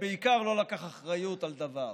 ובעיקר לא לקח אחריות על דבר.